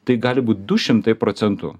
tai gali būt du šimtai procentų